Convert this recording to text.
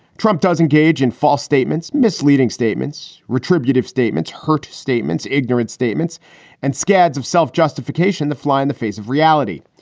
trump does engage in false statements, misleading statements, retributive statements, hurt statements, ignorant statements and scads of self-justification the fly in the face of reality.